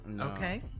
Okay